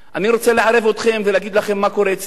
אני רוצה לערב אתכם ולהגיד לכם מה קורה אצלנו.